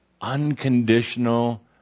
unconditional